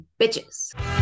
bitches